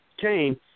Cain